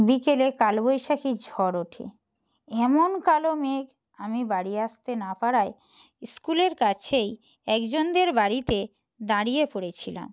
বিকেলে কালবৈশাখী ঝড় ওঠে এমন কালো মেঘ আমি বাড়ি আসতে না পারায় স্কুলের কাছেই একজনদের বাড়িতে দাঁড়িয়ে পড়েছিলাম